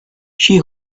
she